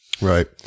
Right